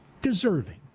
deserving